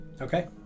Okay